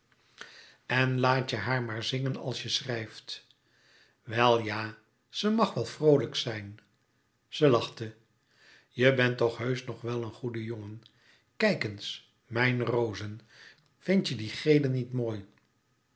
en laat je haar maar zingen als je schrijft wel ja ze mag wel vroolijk zijn ze lachte louis couperus metamorfoze je bent toch heusch nog wel een goede jongen kijk eens mijn rozen vindt je die gele niet mooi